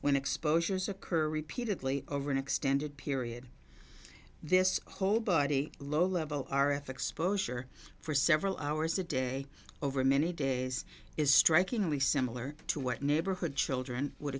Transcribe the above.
when exposures occur repeatedly over an extended period this whole body low level r f exposure for several hours a day over many days is strikingly similar to what neighborhood children would